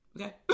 Okay